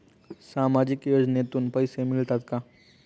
सामाजिक योजनेतून पैसे मिळतात का?